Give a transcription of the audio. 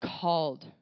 called